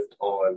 on